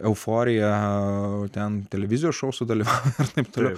euforiją o ten televizijos šou sudalyvau ir taip toliau